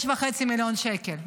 6.5 מיליון שקל.